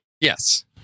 Yes